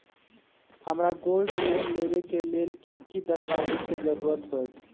हमरा gold loan लेबे के लेल कि कि दस्ताबेज के जरूरत होयेत?